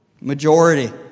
majority